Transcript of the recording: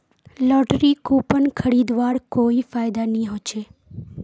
lottery coupon खरीदवार कोई फायदा नी ह छ